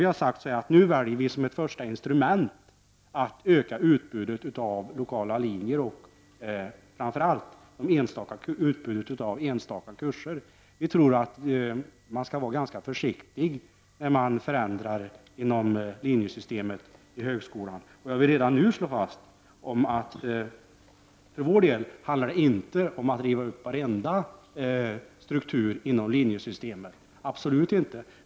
Vi har sagt oss att vi som första instrument väljer att öka utbudet av lokala linjer, framför allt utbudet av enstaka kurser. Vi tror att man bör vara ganska försiktig när man förändrar inom linjesystemet i högskolan. Jag vill redan nu slå fast att för vår del handlar det ingalunda om att riva upp varenda struktur inom linjesystemet.